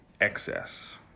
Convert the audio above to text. excess